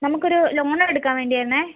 നമുക്കൊരു ലോൺ എടുക്കാൻ വേണ്ടിയാണേ